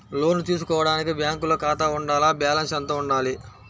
లోను తీసుకోవడానికి బ్యాంకులో ఖాతా ఉండాల? బాలన్స్ ఎంత వుండాలి?